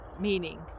meaning